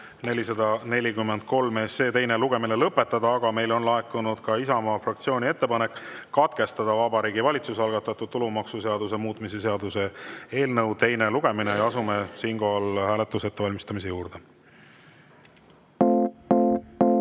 443 teine lugemine lõpetada, aga meile on laekunud Isamaa fraktsiooni ettepanek katkestada Vabariigi Valitsuse algatatud tulumaksuseaduse muutmise seaduse eelnõu teine lugemine. Asume siinkohal hääletuse ettevalmistamise juurde.